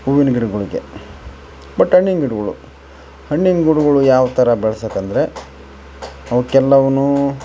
ಹೂವಿನ ಗಿಡಗಳಿಗೆ ಬಟ್ ಹಣ್ಣಿನ್ ಗಿಡಗಳು ಹಣ್ಣಿನ ಗಿಡಗಳು ಯಾವ ಥರ ಬೆಳ್ಸೋಕ್ ಅಂದರೆ ಅವುಕೆಲ್ಲಾವನ್ನು